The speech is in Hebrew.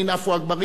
עפו אגבאריה,